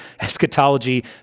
eschatology